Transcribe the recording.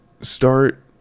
start